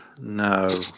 No